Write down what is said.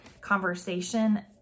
conversation